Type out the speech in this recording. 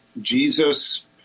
Jesus